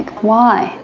why?